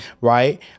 Right